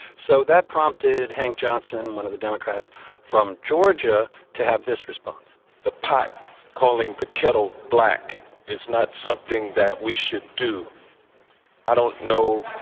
so that prompted hank johnson, one of the democrats from georgia, to have this response the pot calling the kettle black is not something that we should do i don't know